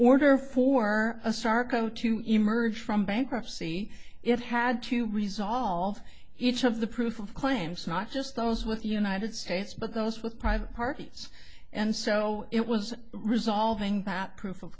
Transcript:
order for asarco to emerge from bankruptcy it had to resolve each of the proof of claims not just those with united states but those with private parties and so it was resolving bat pro